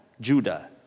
Judah